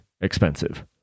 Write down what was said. expensive